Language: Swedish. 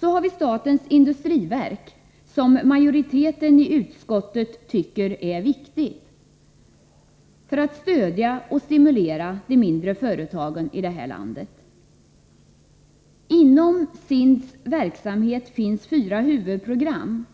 Så har vi statens industriverk, som majoriteten i utskottet tycker är viktigt för att stödja och stimulera de mindre företagen i det här landet. Inom SIND:s verksamhet finns fyra huvudprogram,